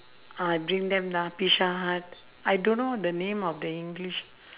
uh bring them lah pizza-hut I don't know the name of the english